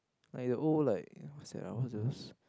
like the old like what's that ah what's those